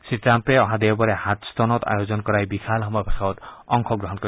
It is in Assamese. শ্ৰীটাম্পে অহা দেওবাৰে হাডট্টনত আয়োজন কৰা এই বিশাল সমাৱেশত অংশগ্ৰহণ কৰিব